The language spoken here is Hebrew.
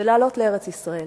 ולעלות לארץ-ישראל.